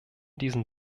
diesen